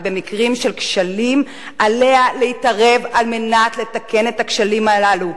ובמקרים של כשלים עליה להתערב על מנת לתקן את הכשלים הללו.